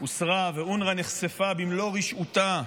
הוסרה ואונר"א נחשפה במלוא רשעותה,